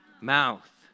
mouth